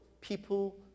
people